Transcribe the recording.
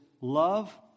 love